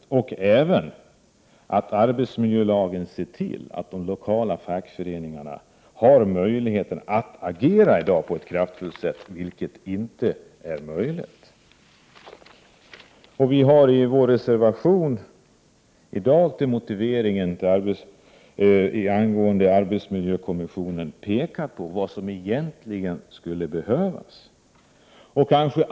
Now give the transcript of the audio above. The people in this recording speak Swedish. Det är även viktigt att arbetsmiljölagen ser till att de lokala fackföreningarna har möjlighet att agera på ett kraftfullt sätt, vilket inte är möjligt i dag. Vi har i vår reservation till motiveringen angående arbetsmiljökommissionen pekat på vad som egentligen skulle behövas.